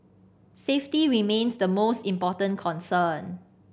safety remains the most important concern